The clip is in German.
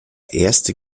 erste